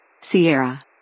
Sierra